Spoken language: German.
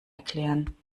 erklären